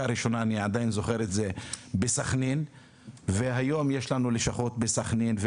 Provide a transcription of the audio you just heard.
הראשונה בסכנין והיום יש לנו לשכות בסכנין,